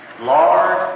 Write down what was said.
Lord